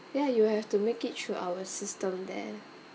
ya you'll have to make it through our system there